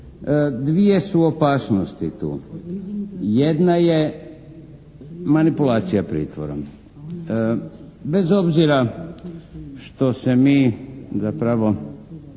dvije su opasnosti tu. Jedna je manipulacija pritvorom. Bez obzira što se mi zapravo